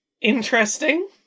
Interesting